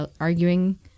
arguing